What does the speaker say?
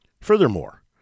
Furthermore